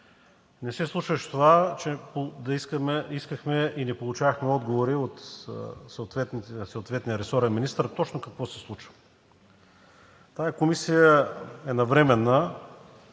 Не се случваше това, че искахме и не получавахме отговори от съответния ресорен министър точно какво се случва. Тази комисия е навременна